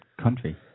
country